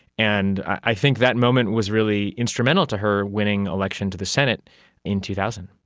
and i think that moment was really instrumental to her winning election to the senate in two thousand.